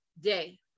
day